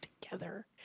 together